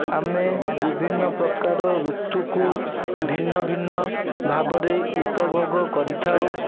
ଆମେ ବିଭିନ୍ନ ପ୍ରକାର ଋତୁକୁ ଭିନ୍ନଭିନ୍ନ ଭାବରେ ଉପଭୋଗ କରିଥାଉ